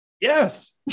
Yes